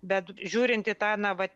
bet žiūrint į tą na va